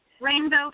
Rainbow